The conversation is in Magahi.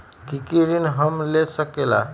की की ऋण हम ले सकेला?